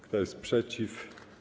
Kto jest przeciw?